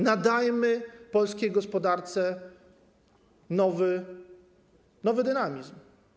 Nadajmy polskiej gospodarce nowy dynamizm.